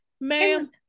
ma'am